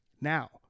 Now